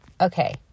Okay